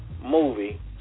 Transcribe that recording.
movie